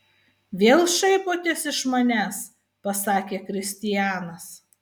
vėl šaipotės iš manęs pasakė kristianas